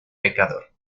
pecador